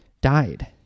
died